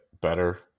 better